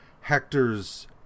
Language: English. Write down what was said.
Hector's